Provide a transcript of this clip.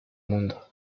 mundo